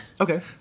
okay